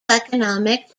economic